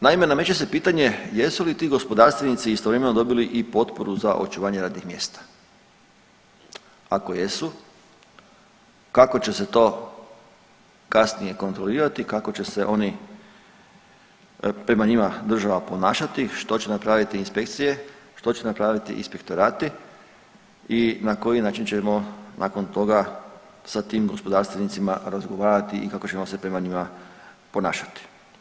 Naime, nameće se pitanje jesu li ti gospodarstvenici istovremeno dobili i potporu za očuvanje radnih mjesta, ako jesu kako će se to kasnije kontrolirati i kako će se oni, prema njima država ponašati, što će napraviti inspekcije, što će napraviti inspektorati i na koji način ćemo nakon toga sa tim gospodarstvenicima razgovarati i kako ćemo se prema njima ponašati.